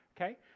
Okay